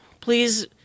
Please